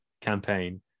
campaign